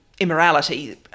immorality